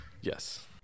Yes